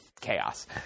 chaos